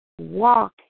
walk